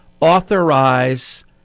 authorize